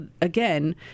again –